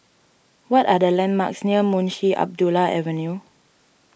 what are the landmarks near Munshi Abdullah Avenue